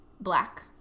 black